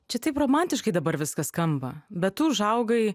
čia taip romantiškai dabar viskas skamba bet tu užaugai